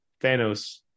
Thanos